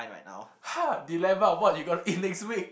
!huh! dilemma what you're gonna eat next week